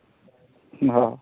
बड़ा